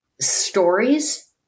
stories